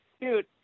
dude